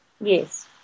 Yes